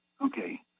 Okay